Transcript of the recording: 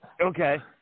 Okay